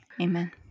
Amen